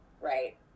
right